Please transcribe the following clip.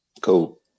cool